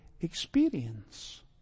experience